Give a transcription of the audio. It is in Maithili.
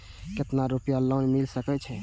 केतना रूपया लोन मिल सके छै?